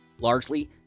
Largely